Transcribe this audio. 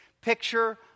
picture